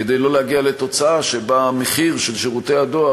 כדי לא להגיע לתוצאה שבה המחיר של שירותי הדואר